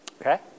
Okay